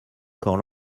camp